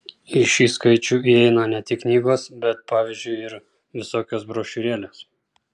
į šį skaičių įeina ne tik knygos bet pavyzdžiui ir visokios brošiūrėlės